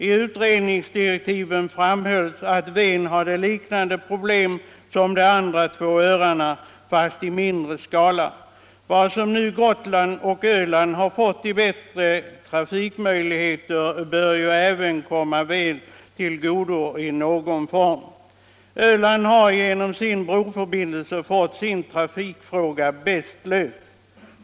I utredningsdirektiven framhölls att Ven hade liknande problem som de andra två öarna fast i mindre skala. Vad Gotland och Öland nu har fått i bättre trafikmöjligheter bör även komma Ven till godo. Öland har genom broförbindelsen fått sin trafikfråga bäst löst.